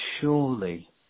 surely